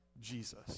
Jesus